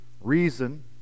reason